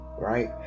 right